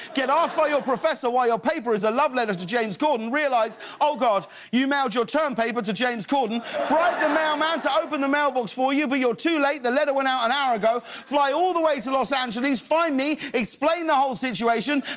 get asked by your professor why your paper is a love letter to james corden. realize oh god you mailed your term paper to james corden. bribe the mailman to open the mailbox for you but you're too late. the letter went out an hour ago. fly all the way to los angeles, find me and explain the whole situation.